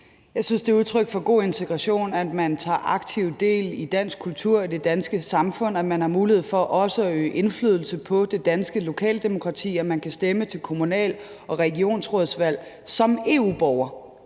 Jeg synes, det er udtryk for god integration, at man tager aktiv del i dansk kultur og i det danske samfund, at man har mulighed for også at øve indflydelse på det danske lokaldemokrati, at man kan stemme til kommunal- og regionsrådsvalg som EU-borger.